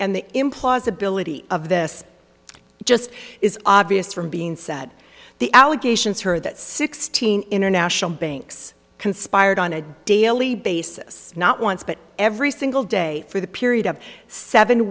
and the implausibility of this just is obvious from being said the allegations here that sixteen international banks conspired on a daily basis not once but every single day for the period of seven